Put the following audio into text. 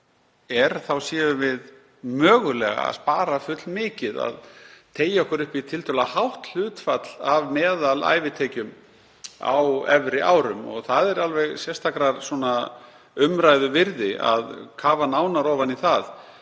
er þá séum við mögulega að spara fullmikið, við séum að teygja okkur upp í tiltölulega hátt hlutfall af meðalævitekjum á efri árum. Það er alveg sérstakrar umræðu virði að kafa nánar ofan í það.